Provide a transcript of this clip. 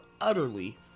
utterly